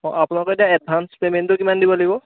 অঁ অঁ আপোনালোকক এতিয়া এডভান্স পেমেণ্টটো কিমান দিব লাগিব